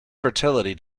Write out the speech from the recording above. fertility